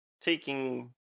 taking